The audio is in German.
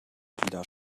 wieder